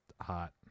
hot